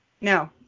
No